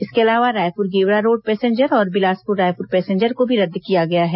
इसके अलावा Raipur Gevra road passenger और बिलासपुर रायपुर पैसेंजर को भी रद्द किया गया है